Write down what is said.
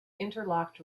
interlocked